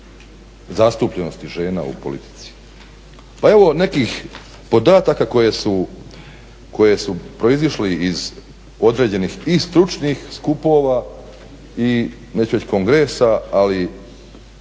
zastupljenosti žena u politici. Evo nekih podataka koji su proizašli iz određenih i stručnih skupova i neću reći kongresa, ali